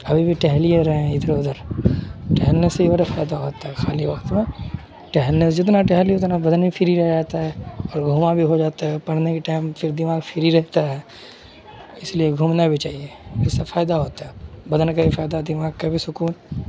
ابھی بھی ٹہل ہی رہے ہیں ادھر ادھر ٹہلنے سے ہی بڑا فائدہ ہوتا ہے خالی وقت میں ٹہلنے سے جتنا ٹہلی اتنا بدن بھی فری ہو جاتا ہے اور گھوما بھی ہو جاتا ہے پڑھنے کے ٹائم پھر دماغ فری رہتا ہے اس لیے گھومنا بھی چاہیے اس سے فائدہ ہوتا ہے بدن کا بھی فائدہ دماغ کا بھی سکون